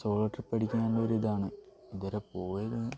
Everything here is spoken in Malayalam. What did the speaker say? സോളോ ട്രിപ്പ് അടിക്കാൻ ഉള്ള ഒരിതാണ് ഇതുവരെ പോയിരിക്കുന്നത്